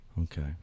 Okay